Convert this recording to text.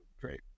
Great